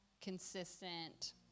consistent